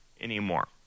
anymore